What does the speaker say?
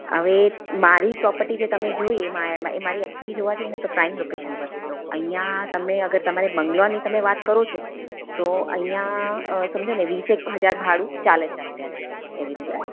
હવે મારી પ્રોપર્ટી જે તમે જોઈ એમાં એ મારી એક્ચુલી જોવા જાઈને તો પ્રાઈમ લોકેશન પર છે તો અહીંયા તમે અગર તમારે બંગ્લોની તમે વાત કરો છો તો અહીંયા સમજોને વીસ એક હજાર ભાડું ચાલે છે અત્યારે એવી રીતે